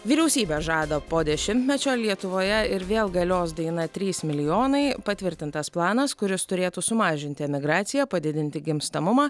vyriausybė žada po dešimtmečio lietuvoje ir vėl galios daina trys milijonai patvirtintas planas kuris turėtų sumažinti emigraciją padidinti gimstamumą